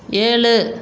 ஏழு